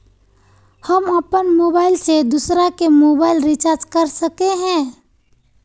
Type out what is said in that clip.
हम अपन मोबाईल से दूसरा के मोबाईल रिचार्ज कर सके हिये?